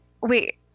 wait